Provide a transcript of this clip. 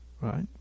right